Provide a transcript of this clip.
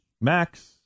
Max